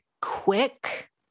quick